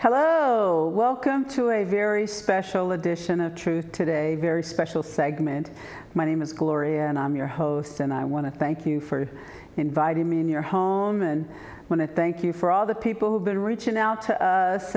hello welcome to a very special edition of truth today very special segment my name is gloria and i'm your host and i want to thank you for inviting me in your home and when i thank you for all the people that are reaching out